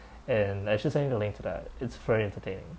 and actually saying in link to that it's very entertaining